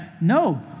no